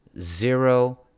zero